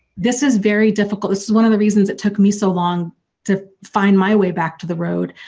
this is very difficult, this is one of the reasons it took me so long to find my way back to the road,